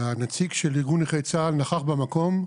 הנציג של ארגון נכי צה"ל נכח במקום,